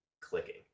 clicking